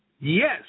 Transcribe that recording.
Yes